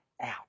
out